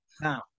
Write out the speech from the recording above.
Now